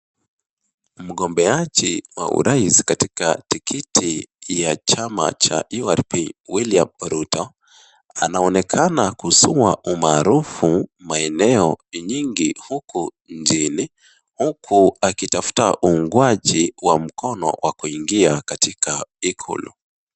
Mgombeaji wa urais katika tikiti ya chama cha URP Wiliam Ruto anaonekana kuzua umaarufu maeneo nyingi huku nchini huku akitafuta uungwaji wa mkono wa kuingia katika ikulu.